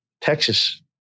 Texas